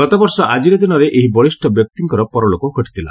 ଗତବର୍ଷ ଆଜିର ଦିନରେ ଏହି ବଳିଷ୍ଠ ବ୍ୟକ୍ତିଙ୍କର ନିଧନ ହୋଇଥିଲା